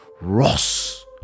Ross